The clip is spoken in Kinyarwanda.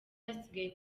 hasigaye